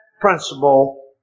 principle